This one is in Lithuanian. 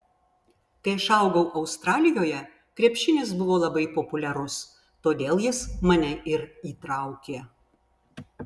kai aš augau australijoje krepšinis buvo labai populiarus todėl jis mane ir įtraukė